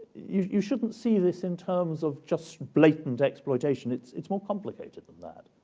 you shouldn't see this in terms of just blatant exploitation. it's it's more complicated than that.